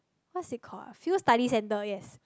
what it's called ah field studies center yes